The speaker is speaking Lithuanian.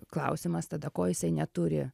klausimas tada ko jisai neturi